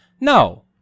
No